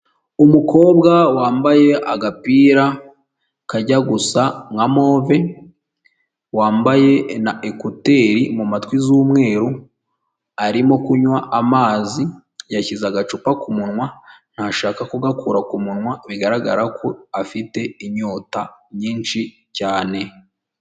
Umukobwa wambaye agapira kajya gusa nka move, wambaye na ekuteri mu mumatwi z'umweru, arimo kunywa amazi yashyize agacupa ku munwa ntashaka kugakura ku munwa, bigaragara ko afite inyota nyinshi cyane.